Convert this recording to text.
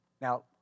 Now